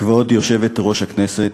כבוד יושבת-ראש הישיבה,